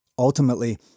Ultimately